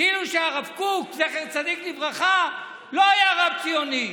כאילו שהרב קוק זצ"ל לא היה רב ציוני,